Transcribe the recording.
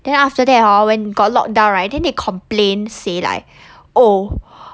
then after that hor when got locked down right then they complain say like oh